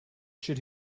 should